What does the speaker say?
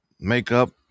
Makeup